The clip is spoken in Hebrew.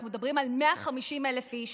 אנחנו מדברים על 150,000 איש,